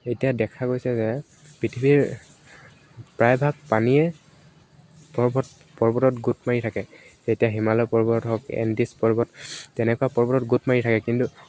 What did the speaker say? এতিয়া দেখা গৈছে যে পৃথিৱীৰ প্ৰায়ভাগ পানীয়ে পৰ্বত পৰ্বতত গোট মাৰি থাকে এতিয়া হিমালয় পৰ্বত হওক এন ডিছ পৰ্বত তেনেকুৱা পৰ্বতত গোট মাৰি থাকে কিন্তু